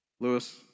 Lewis